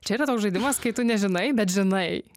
čia yra toks žaidimas kai tu nežinai bet žinai